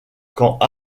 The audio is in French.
quand